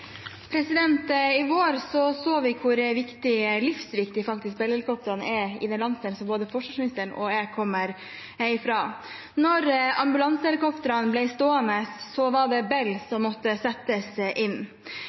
I fjor vår så vi hvor viktige – faktisk livsviktige – Bell-helikoptrene er i den landsdelen som både forsvarsministeren og jeg kommer fra. Da ambulansehelikoptrene ble stående, var det Bell-helikoptrene som måtte settes inn.